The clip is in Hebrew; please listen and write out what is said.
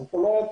זאת אומרת,